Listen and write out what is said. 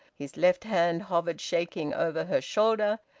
his left hand hovered shaking over her shoulder,